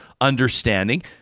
understanding